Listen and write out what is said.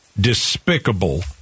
despicable